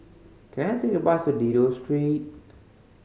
can I take a bus to Dido Street